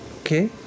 Okay